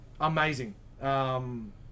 amazing